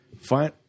Fine